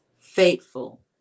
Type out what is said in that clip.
faithful